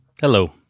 Hello